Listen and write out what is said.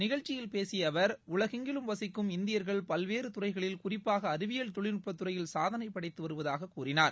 நிகழ்ச்சியில் பேசிய அவர் உலகமெங்கிலும் வசிக்கும் இந்தியர்கள் பல்வேறு துறைகளில் குறிப்பாக அறிவியல் தொழில்நுட்பத் துறையில் சாதனை படைத்து வருவதாக கூறினார்